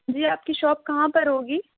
جی آپ کی شاپ کہاں پر ہوگی